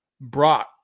brought